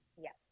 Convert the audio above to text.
Yes